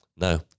No